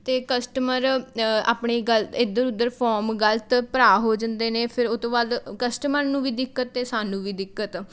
ਅਤੇ ਕਸਟਮਰ ਆਪਣੀ ਗੱਲ ਇੱਧਰ ਉਧਰ ਫੋਰਮ ਗਲਤ ਭਰਾ ਹੋ ਜਾਂਦੇ ਨੇ ਫਿਰ ਉਹ ਤੋਂ ਬਾਅਦ ਕਸਟਮਰ ਨੂੰ ਵੀ ਦਿੱਕਤ ਅਤੇ ਸਾਨੂੰ ਵੀ ਦਿੱਕਤ